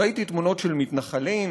ראיתי תמונות של מתנחלים.